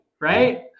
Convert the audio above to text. Right